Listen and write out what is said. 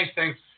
thanks